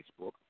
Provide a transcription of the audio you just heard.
Facebook